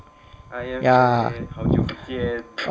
ya